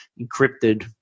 encrypted